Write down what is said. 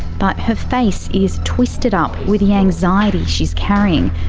but her face is twisted up with the anxiety she's carrying,